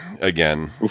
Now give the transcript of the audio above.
again